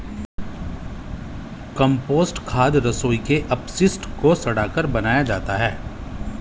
compost खाद रसोई के अपशिष्ट को सड़ाकर बनाया जाता है